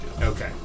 Okay